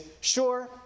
sure